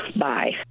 Bye